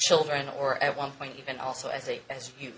children or at one point even also as a as a you